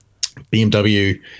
bmw